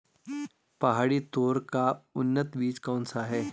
पहाड़ी तोर का उन्नत बीज कौन सा है?